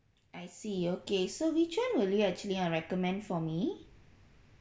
I see okay so which one will you actually uh recommend for me